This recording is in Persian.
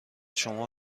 شما